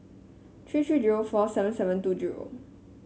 three three zero four seven seven two zero